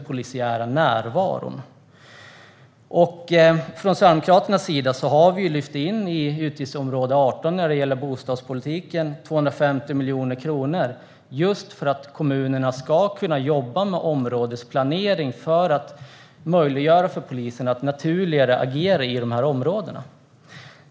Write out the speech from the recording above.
Från Sverigedemokraternas sida har vi när det gäller bostadspolitiken lyft in 250 miljoner kronor i utgiftsområde 18 just för att kommunerna ska kunna jobba med områdesplanering för att möjliggöra för poliserna att agera naturligare i de här områdena.